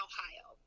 Ohio